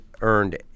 Earned